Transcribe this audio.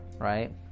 right